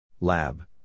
Lab